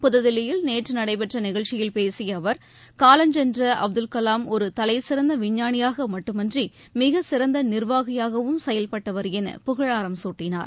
புததில்லியில் நேற்று நடைபெற்ற நிகழ்ச்சியில் பேசிய அவர் காலஞ்சென்ற அப்துல்கலாம் ஒரு தலைசிறந்த விஞ்ஞானியாக மட்டுமன்றி மிகச் சிறந்த நிர்வாகியாகவும் செயல்பட்டவர் என புகழாரம் சூட்டனார்